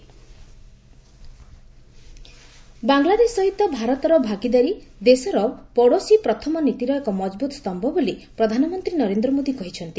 PM Bangladesh visit Bangladesh ସହିତ ଭାରତର ଭାଗିଦାରୀ ଦେଶର ପଡୋଶୀ ପ୍ରଥମ ନୀତିର ଏକ ମଜବୁତ ସ୍ତମ୍ଭ ବୋଲି ପ୍ରଧାନମନ୍ତ୍ରୀ ନରେନ୍ଦ୍ର ମୋଦୀ କହିଛନ୍ତି